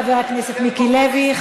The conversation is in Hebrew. תודה רבה לחבר הכנסת מיקי לוי.